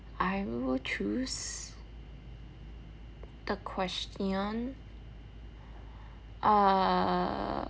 I will choose the question err